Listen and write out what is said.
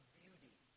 beauty